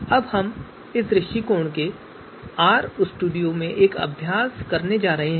अब हम इस दृष्टिकोण को आर स्टूडियो में एक अभ्यास में लागू करने जा रहे हैं